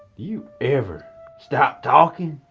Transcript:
you ever stop talking?